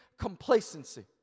Complacency